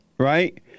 Right